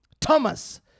Thomas